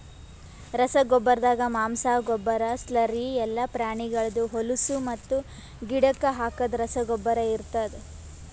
ರಸಗೊಬ್ಬರ್ದಾಗ ಮಾಂಸ, ಗೊಬ್ಬರ, ಸ್ಲರಿ ಎಲ್ಲಾ ಪ್ರಾಣಿಗಳ್ದ್ ಹೊಲುಸು ಮತ್ತು ಗಿಡಕ್ ಹಾಕದ್ ರಸಗೊಬ್ಬರ ಇರ್ತಾದ್